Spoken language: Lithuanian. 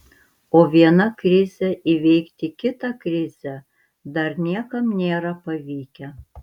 o viena krize įveikti kitą krizę dar niekam nėra pavykę